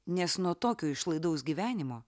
nes nuo tokio išlaidaus gyvenimo